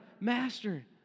master